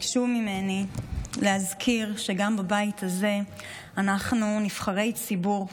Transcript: ביקשו ממני להזכיר שגם בבית הזה אנחנו נבחרי ציבור,